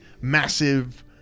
massive